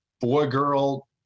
boy-girl